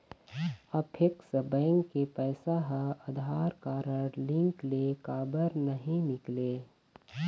Apex bank के पैसा हा आधार कारड लिंक ले काबर नहीं निकले?